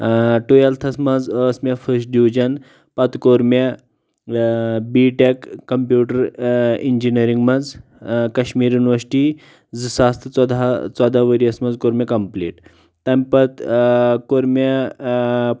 ٹووٮ۪لتھس منز ٲس مےٚ فٕس ڈوجن پتہِ کوٚر مےٚ بی ٹٮ۪ک کمپیوٹر انجنیرنگ منز کشمیر یونِورسٹی زٕ ساس تہٕ ژو ژۄدہ ؤرۍیَس منز کوٚر مے کمپلیٹ تمہِ پتہٕ کوٚر مے